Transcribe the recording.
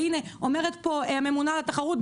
והינה אומרת פה הממונה על התחרות,